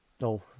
No